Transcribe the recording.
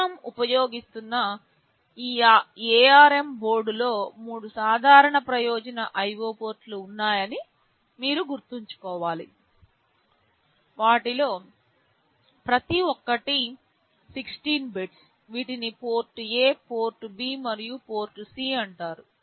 మనము ఉపయోగిస్తున్న ఈ ARM బోర్డ్లో మూడు సాధారణ ప్రయోజన IO పోర్ట్లు ఉన్నాయని మీరు గుర్తుంచుకోవాలి వాటిలో ప్రతి ఒక్కటి 16 బిట్స్ వీటిని పోర్ట్ A పోర్ట్ B మరియు పోర్ట్ C అంటారు